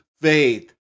faith